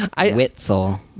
Witzel